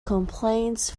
complaints